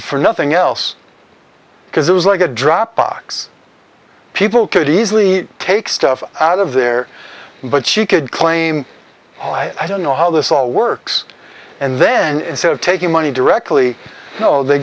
for nothing else because there was like a drop box people could easily take stuff out of there but she could claim i don't know how this all works and then instead of taking money directly